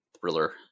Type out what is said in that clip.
thriller